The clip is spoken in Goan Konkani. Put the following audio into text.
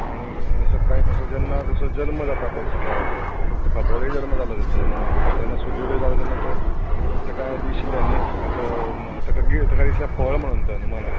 आनी सकाळीं कशें जेन्ना ताचो जल्म जाता पय सकाळचो आनी फांतोडेर जल्म जालो ताचो हनुमानाचो आनी जेन्ना सुर्योदय जालो तेन्ना ताका दिशिल्लें न्ही तो ताका दिसले तें फळ म्हणून हनुमानाक